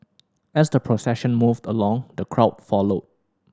as the procession moved along the crowd followed